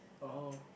oh